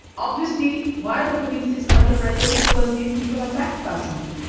obviously why the police is under pressure is because these people are backed by somebody.